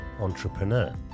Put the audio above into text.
entrepreneur